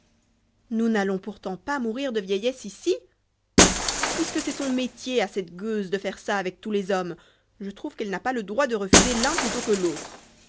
nous n'allons pourtant pas mourir de vieillesse ici puisque c'est son métier à cette gueuse de faire ça avec tous les hommes je trouve qu'elle n'a pas le droit de refuser l'un plutôt que l'autre